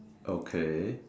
okay